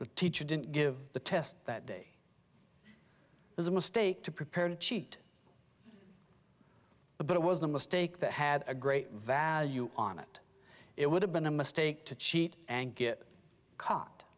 the teacher didn't give the test that day was a mistake to prepare to cheat but it was a mistake that had a great value on it it would have been a mistake to cheat and get caught